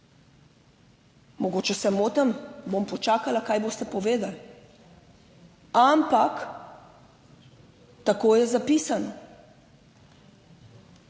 Mogoče se motim. Bom počakala, kaj boste povedali. Ampak tako je zapisano.